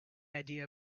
idea